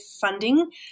funding